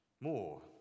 more